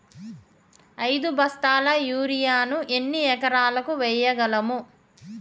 ఐదు బస్తాల యూరియా ను ఎన్ని ఎకరాలకు వేయగలము?